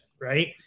right